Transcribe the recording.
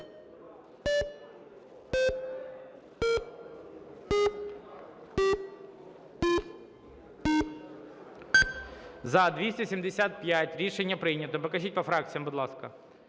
За-275 Рішення прийнято. Покажіть по фракціям, будь ласка.